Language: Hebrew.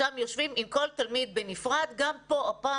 שם יושבים עם כל תלמיד בנפרד וגם פה הפעם